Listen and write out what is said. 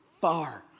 far